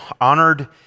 honored